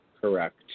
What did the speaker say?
correct